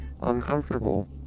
uncomfortable